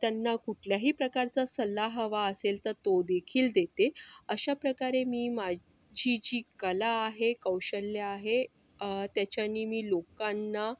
त्यांना कुठल्याही प्रकारचा सल्ला हवा असेल तर तोदेखील देते अशाप्रकारे मी माझी जी कला आहे कौशल्य आहे त्याच्यानी मी लोकांना